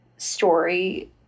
story